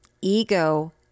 ego